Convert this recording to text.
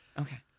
Okay